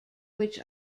which